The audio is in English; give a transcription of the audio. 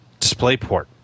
DisplayPort